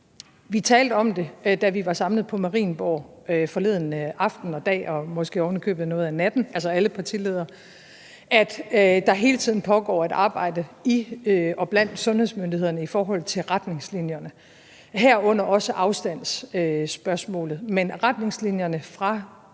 talte om det, da vi var samlet på Marienborg forleden dag og aften og måske ovenikøbet noget af natten, at der hele tiden pågår et arbejde i og blandt sundhedsmyndighederne i forhold til retningslinjerne, herunder også afstandsspørgsmålet. Men retningslinjerne fra